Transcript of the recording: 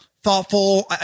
thoughtful